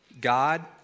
God